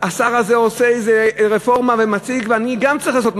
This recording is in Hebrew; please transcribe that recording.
השר הזה עושה איזו רפורמה ומציג אותה,